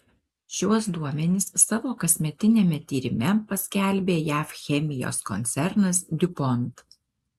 šiuos duomenis savo kasmetiniame tyrime paskelbė jav chemijos koncernas diupont